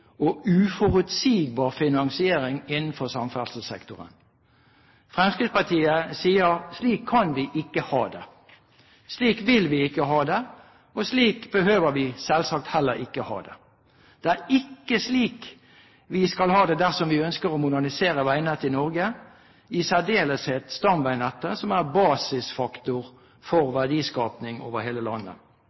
og uforutsigbar finansiering innenfor samferdselssektoren. Fremskrittspartiet sier: Slik kan vi ikke ha det. Slik vil vi ikke ha det, og slik behøver vi selvsagt heller ikke ha det. Det er ikke slik vi skal ha det, dersom vi ønsker å modernisere veinettet i Norge – i særdeleshet stamveinettet, som er basisfaktor for verdiskaping over hele landet.